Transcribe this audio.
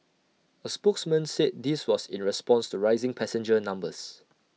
A spokesman said this was in response to rising passenger numbers